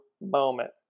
moment